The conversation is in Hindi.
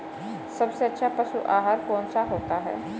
सबसे अच्छा पशु आहार कौन सा होता है?